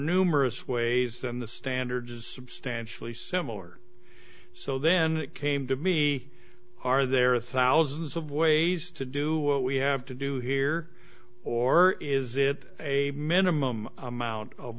numerous ways then the standard is substantially similar so then it came to be are there thousands of ways to do what we have to do here or is it a minimum amount of